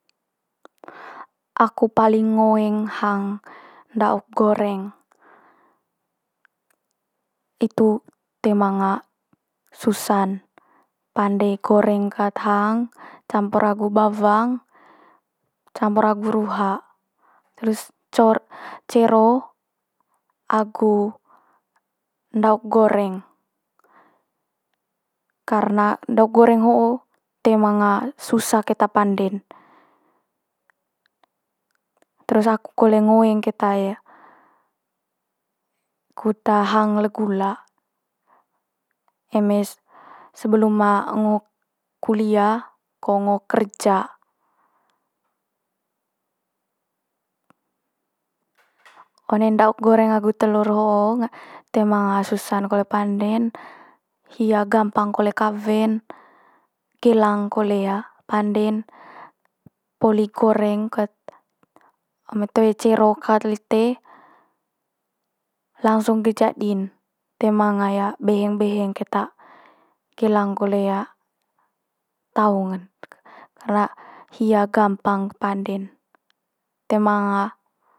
Aku paling ngoeng hang nda'uk goreng, itu toe manga susa'n pande goreng kat hang, campur agu bawang, campur agu ruha. Terus cor- cero agu ndauk goreng, karna ndauk goreng ho'o toe manga susa keta pande'n. terus aku kole ngoeng keta kut hang le gula. Eme se- sebelum ngo kulia ko ngo kerja, one ndauk goreng agu telur ho'o toe manga susa kole pande'n, hia gampang kole kawe'n gelang kole pande'n. Poli goreng ket eme toe cero kau lite, langsung ge jadi'n toe manga beheng beheng keta, gelang kole taung ngen, karna hia gampang pande'n, toe manga.